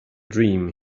dream